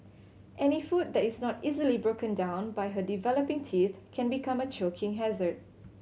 any food that is not easily broken down by her developing teeth can become a choking hazard